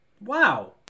Wow